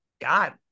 God